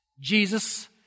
Jesus